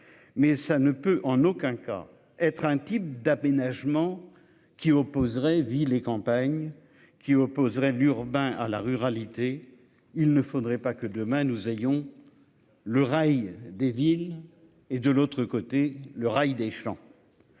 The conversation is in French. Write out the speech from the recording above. Mais ça ne peut en aucun cas être un type d'aménagement. Qui opposerait ville et campagne qui opposerait l'urbain à la ruralité. Il ne faudrait pas que demain nous ayons. Le rail des villes et de l'autre côté le rail des chants.